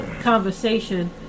conversation